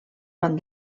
van